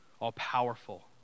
all-powerful